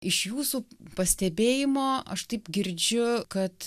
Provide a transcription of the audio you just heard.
iš jūsų pastebėjimo aš taip girdžiu kad